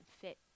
fit